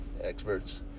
experts